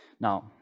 Now